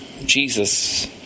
Jesus